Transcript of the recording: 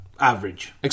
Average